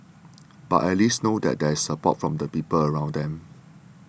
but at least know that there is support from the people around them